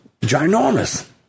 ginormous